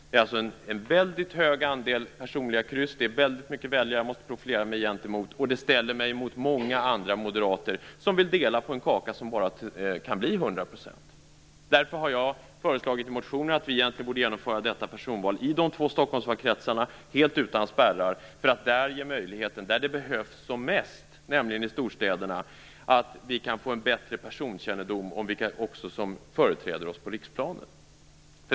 Det är en väldigt hög andel personliga kryss. Det är väldigt många väljare som jag måste profilera mig gentemot. Det ställer mig mot många andra moderater som vill dela på en kaka som bara kan bli hundra procent. Därför har jag föreslagit i motionen att vi borde genomföra detta personval i de två Stockholmsvalkretsarna helt utan spärrar. Då ger man väljarna i storstäderna - det är där det behövs som mest - möjlighet att få en bättre personkännedom när det gäller dem som företräder väljarna på riksplanet.